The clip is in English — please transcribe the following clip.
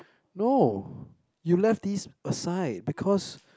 no you left these aside because